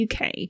UK